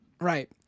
Right